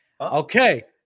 Okay